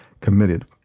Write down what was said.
committed